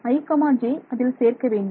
i j அதில் சேர்க்க வேண்டும்